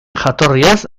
jatorriaz